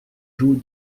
joug